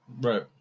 Right